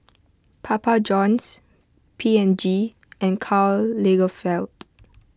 Papa Johns P and G and Karl Lagerfeld